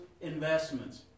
investments